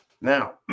Now